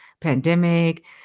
pandemic